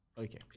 Okay